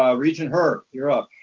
um regent her, you're up.